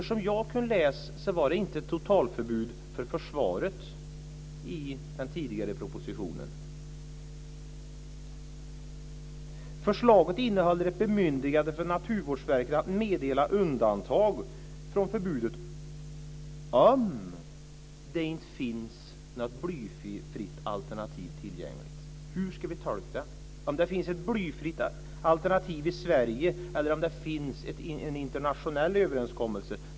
Som jag har läst den tidigare propositionen är det inget totalförbud för försvaret. Förslaget innehåller ett bemyndigande för Naturvårdsverket att meddela undantag från förbudet om det inte finns något blyfritt alternativ tillgängligt. Hur ska vi tolka det? Gäller det blyfria alternativ i Sverige, eller är det en internationell överenskommelse?